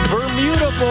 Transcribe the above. Bermuda